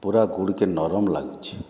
ପୁରା ଗୁଡ଼୍ କେ ନରମ୍ ଲାଗୁଛି